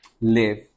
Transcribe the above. live